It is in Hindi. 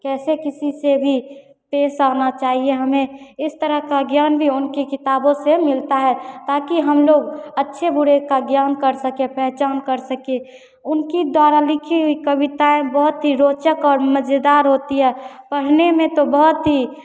कैसे किसी से भी पेश आना चाहिए हमें इस तरह का ज्ञान भी उनकी किताबों से मिलता है ताकि हमलोग अच्छे बुरे का ज्ञान कर सकें पहचान कर सकें उनकी द्वारा लिखी हुई कविताएँ बहुत ही रोचक और मज़ेदार होती हैं पढ़ने में तो बहुत ही